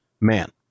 man